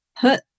put